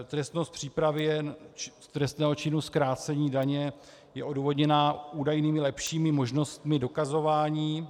Trestnost přípravy jen trestného činu zkrácení daně je odůvodněna údajnými lepšími možnostmi dokazování.